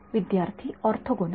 विद्यार्थीः ऑर्थोगोनल